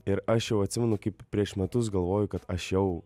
ir aš jau atsimenu kaip prieš metus galvojau kad aš jau